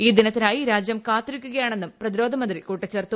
ഈ ദിനത്തിനായി രാജ്യം കാത്തിരിക്കുകയാണെന്നും പ്രതിരോധ മന്ത്രി കൂട്ടിച്ചേർത്തു